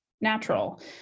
natural